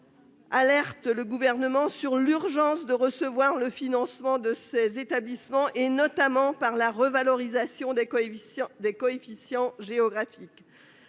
alertent le Gouvernement sur l'urgence de revoir le financement de ces établissements, notamment par la revalorisation des coefficients géographiques.